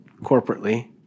corporately